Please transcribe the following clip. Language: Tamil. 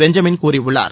பெஞ்சமின் கூறியுள்ளார்